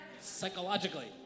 psychologically